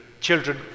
children